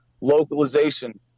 Localization